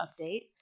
update